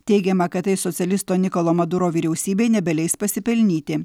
teigiama kad tai socialisto nikolo maduro vyriausybei nebeleis pasipelnyti